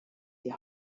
die